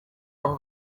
aho